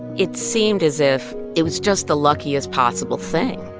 it seemed as if it was just the luckiest possible thing